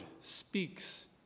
speaks